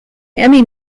emmy